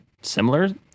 similar